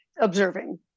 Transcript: observing